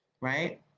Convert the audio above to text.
right